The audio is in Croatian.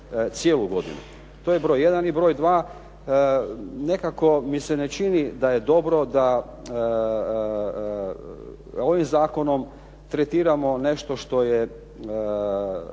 cijelu godinu. To je broj jedan. I broj dva nekako mi se ne čini da je dobro da ovim zakonom tretiramo nešto što je